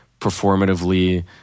performatively